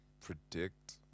predict